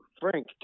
Frank